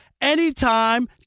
anytime